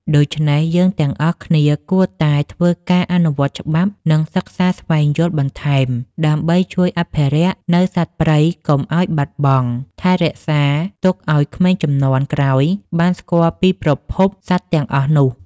ដូច្នេះយើងទាំងអស់គ្នាគួរតែធ្វើការអនុវត្តន៍ច្បាប់និងសិក្សាស្វែងយល់បន្ថែមដើម្បីជួយអភិរក្សនៅសត្វព្រៃកុំឲ្របាត់បង់ថែរក្សាទុកឲ្យក្មេងជំនាន់ក្រោយបានស្គាល់ពីប្រភពសត្វទាំងអស់នោះ។